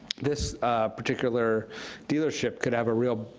this particular dealership could have a real